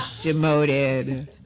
Demoted